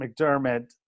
McDermott